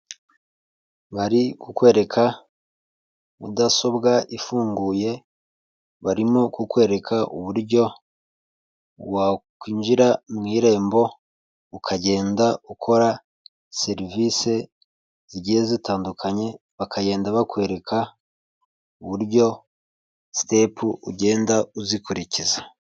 Bari kukwereka mudasobwa ifunguye, barimo kukwereka uburyo wakwinjira mu irembo, ukagenda ukora serivise zigiye zitandukanye, bakagenda bakwereka uburyo sitepu ugenda uzikurikiza.